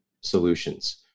solutions